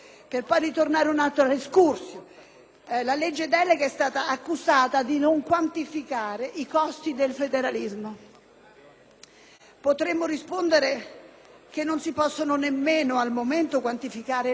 La legge delega è stata accusata di non quantificare i costi del federalismo. Potremmo rispondere che non si possono nemmeno, al momento, quantificare le entrate nuove che produrrà